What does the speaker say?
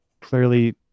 clearly